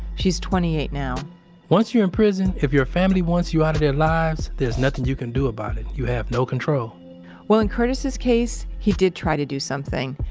she's twenty eight now once you're in prison, if your family wants you out of their lives, there's nothing you can do about it. you have no control well, in curtis's case, he did try to do something,